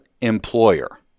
employer